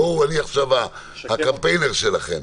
אני עכשיו הקמפיינר שלכם.